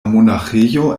monaĥejo